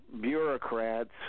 bureaucrats